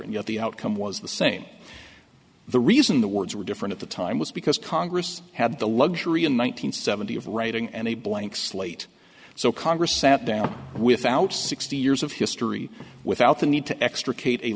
and yet the outcome was the same the reason the words were different at the time was because congress had the luxury in one nine hundred seventy of writing and a blank slate so congress sat down without sixty years of history without the need to extricate a